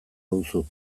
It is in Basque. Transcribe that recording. duzu